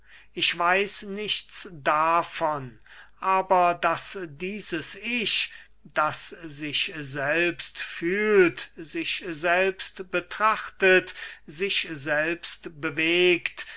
ich weiß nichts davon aber daß dieses ich das sich selbst fühlt sich selbst betrachtet sich selbst bewegt